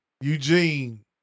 Eugene